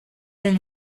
been